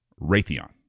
Raytheon